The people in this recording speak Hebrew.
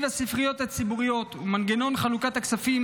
תקציב הספריות הציבוריות ומנגנון חלוקת הכספים,